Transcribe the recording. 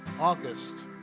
August